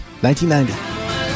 1990